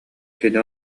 кини